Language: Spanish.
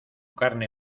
carne